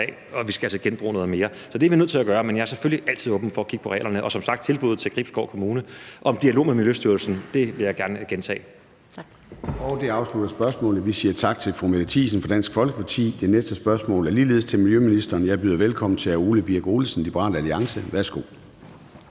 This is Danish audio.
af. Vi skal altså genbruge noget mere, så det er vi nødt til at gøre, men jeg er selvfølgelig altid åben for at kigge på reglerne. Og som sagt vil jeg gerne gentage tilbuddet til Gribskov Kommune om en dialog med Miljøstyrelsen. Kl. 13:29 Formanden (Søren Gade): Det afslutter spørgsmålet. Vi siger tak til fru Mette Thiesen fra Dansk Folkeparti. Det næste spørgsmål er ligeledes til miljøministeren. Jeg byder velkommen til hr. Ole Birk Olesen, Liberal Alliance. Kl.